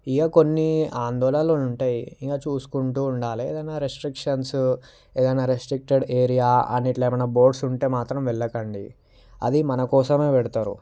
ఇక కొన్ని ఆందోళనలు ఉంటాయి ఇక చూసుకుంటూ ఉండాలి ఏదైనా రిస్ట్రిక్షన్స్ ఏదైనా రేస్ట్రిక్టడ్ ఏరియా అని ఇట్లా ఏమైనా బోర్డ్స్ ఉంటే మాత్రం వెళ్ళకండి అది మనకోసమే పెడతారు